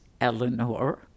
Eleanor